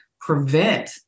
prevent